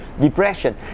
depression